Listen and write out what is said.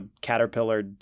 caterpillar